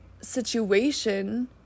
situation